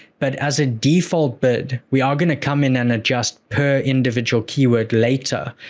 but as a default bid, we are going to come in and adjust per individual keyword later.